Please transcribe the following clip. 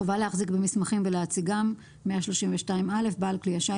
132.חובה להחזיק במסמכים ולהציגם בעל כלי השיט